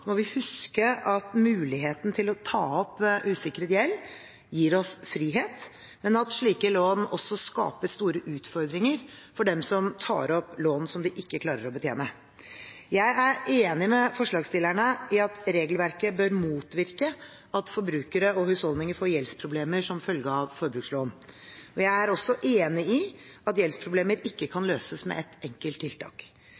må vi huske at muligheten til å ta opp usikret gjeld gir oss frihet, men at slike lån også skaper store utfordringer for dem som tar opp lån som de ikke klarer å betjene. Jeg er enig med forslagsstillerne i at regelverket bør motvirke at forbrukere og husholdninger får gjeldsproblemer som følge av forbrukslån. Jeg er også enig i at gjeldsproblemer ikke